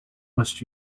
west